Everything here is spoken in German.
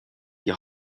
die